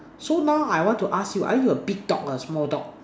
so now I want to ask you are you a big dog or a small dog